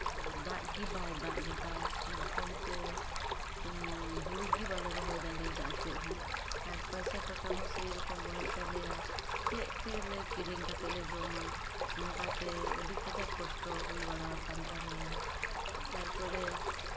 ᱫᱟᱜ ᱜᱮᱵᱟᱭ ᱫᱟᱜ ᱞᱮᱫᱟ ᱮᱠᱫᱚᱢ ᱛᱮ ᱦᱳᱲᱳᱜᱮ ᱵᱟᱞᱮ ᱨᱚᱦᱚᱭ ᱫᱟᱲᱮᱭᱟᱫᱟ ᱪᱮᱫᱦᱚᱸ ᱟᱨ ᱯᱚᱭᱥᱟ ᱴᱟᱠᱟ ᱦᱚᱸ ᱥᱮᱭ ᱨᱚᱠᱚᱢ ᱵᱟᱹᱱᱩᱜ ᱛᱟᱞᱮᱭᱟ ᱪᱮᱫ ᱛᱮᱞᱮ ᱠᱤᱨᱤᱧ ᱠᱟᱛᱮᱫ ᱞᱮ ᱡᱚᱢᱟ ᱱᱚᱝᱠᱟᱛᱮ ᱟᱹᱰᱤ ᱠᱟᱡᱟᱠ ᱠᱚᱥᱴᱚ ᱦᱩᱭ ᱵᱟᱲᱟᱣ ᱟᱠᱟᱱ ᱛᱟᱞᱮᱭᱟ ᱛᱟᱨᱯᱚᱨᱮ